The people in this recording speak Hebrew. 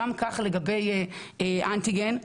כך גם לגבי בדיקות אנטיגן.